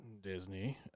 Disney